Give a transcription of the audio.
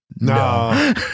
no